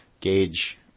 gauge